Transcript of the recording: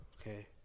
Okay